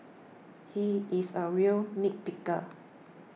he is a real nitpicker